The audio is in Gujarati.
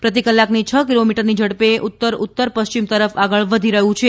પ્રતિ કલાકની છ કિલોમીટરની ઝડપે ઉત્તર ઉત્તર પશ્ચિમ તરફ આગળ વધી રહ્યું છે